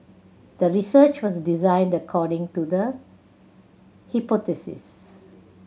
the research was designed according to the hypothesis